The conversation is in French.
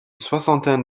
soixantaine